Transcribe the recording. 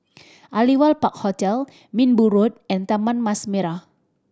Aliwal Park Hotel Minbu Road and Taman Mas Merah